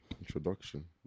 Introduction